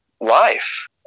life